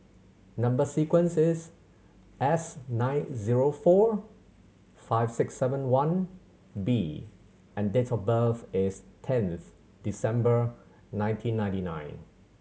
number sequence is S nine zero four five six seven one B and date of birth is tenth December nineteen ninety nine